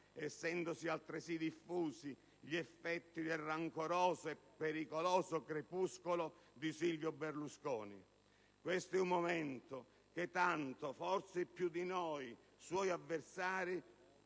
essendosi altresì diffusi gli effetti del rancoroso e pericoloso crepuscolo di Silvio Berlusconi. Questo è un momento che tanto, forse più di noi suoi avversari,